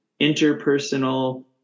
interpersonal